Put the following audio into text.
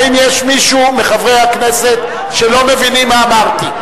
האם יש מישהו מחברי הכנסת שלא מבין מה אמרתי?